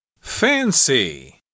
Fancy